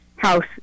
House